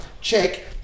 Check